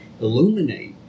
illuminate